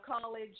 College